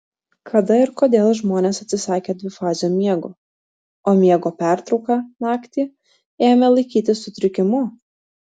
kada ir kodėl žmonės atsisakė dvifazio miego o miego pertrauką naktį ėmė laikyti sutrikimu